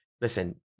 listen